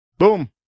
Boom